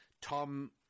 Tom